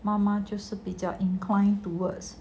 妈妈就是比较 inclined towards